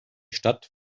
stadt